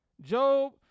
Job